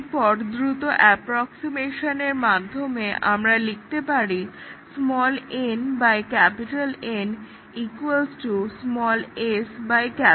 এরপর দ্রুত অ্যাপ্রক্সিমেশনের মাধ্যমে আমরা লিখতে পারি n N s S